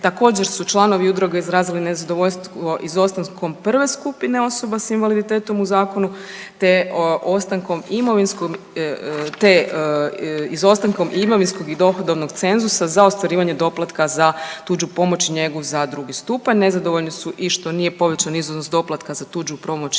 Također, su članovi udruge izrazili nezadovoljstvo izostankom 1. skupine osoba s invaliditetom u zakonu te ostankom imovinskog, te izostankom imovinskog i dohodovnog cenzusa za ostvarivanje doplatka za tuđu pomoć i njegu za drugi stupanj. Nezadovoljni su i što nije povećan iznos doplatka za tuđu pomoć